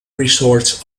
resorts